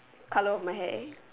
colour of my hair